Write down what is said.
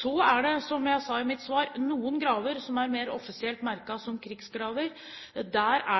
Så er det, som jeg sa i mitt svar, noen graver som er mer offisielt merket som krigsgraver. Der er